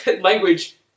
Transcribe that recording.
language